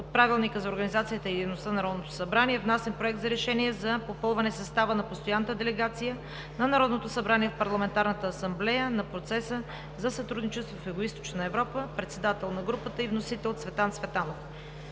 от Правилника за организацията и дейността на Народното събрание, внасям Проект за решение за попълване състава на постоянната делегация на Народното събрание в Парламентарната асамблея на Процеса за сътрудничество в Югоизточна Европа. Председател на групата и вносител Цветан Цветанов.“